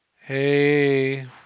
hey